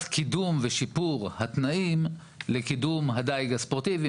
קידום ושיפור התנאים לקידום הדיג הספורטיבי,